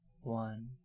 One